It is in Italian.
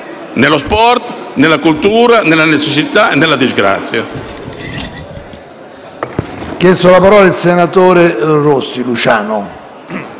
nello sport, nella cultura, nella necessità e nella disgrazia.